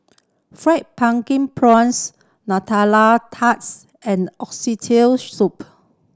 Fried Pumpkin Prawns Nutella tarts and soup